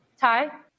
ty